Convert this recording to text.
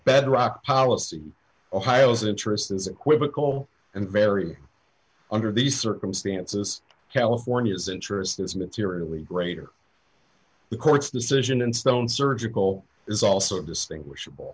bedrock policy ohio's interest is equivocal and very under these circumstances california's interest is materially greater the court's decision in stone surgical is also distinguish